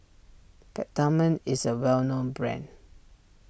Peptamen is a well known brand